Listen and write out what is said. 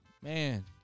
man